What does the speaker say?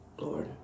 Lord